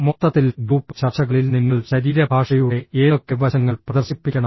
മൊത്തത്തിൽ ഗ്രൂപ്പ് ചർച്ചകളിൽ നിങ്ങൾ ശരീരഭാഷയുടെ ഏതൊക്കെ വശങ്ങൾ പ്രദർശിപ്പിക്കണം